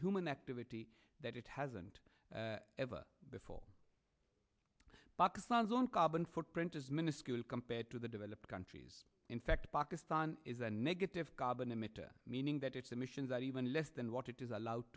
human activity that it hasn't ever before pakistan's own carbon footprint is minuscule compared to the developed countries in fact pakistan is a negative carbon emitter meaning that its emissions are even less than what it is allowed